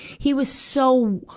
he was so,